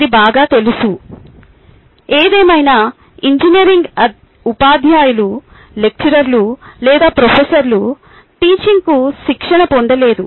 అది బాగా తెలుసు ఏదేమైనా ఇంజనీరింగ్ ఉపాధ్యాయులు లెక్చరర్లు లేదా ప్రొఫెసర్లు టీచింగ్కి శిక్షణ పొందలేదు